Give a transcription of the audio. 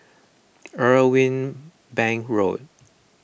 Irwell Bank Road